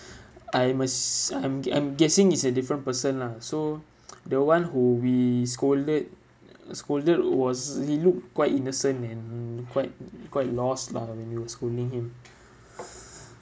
I must I'm I'm guessing is a different person lah so the one who we scolded uh scolded was he look quite innocent and quite quite lost lah when we were scolding him